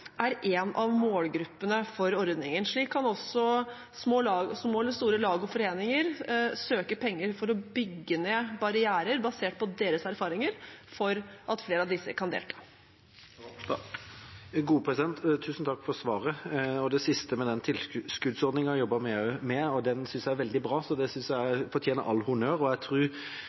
er en av målgruppene for ordningen. Slik kan også små eller store lag og foreninger søke om penger for å bygge ned barrierer basert på deres erfaringer, for at flere av disse kan delta. Tusen takk for svaret. Tilskuddsordningen, som statsråden nevnte til slutt, jobbet vi også med. Den synes jeg er veldig bra, så det fortjener all honnør. Som statsråden var inne på, tror jeg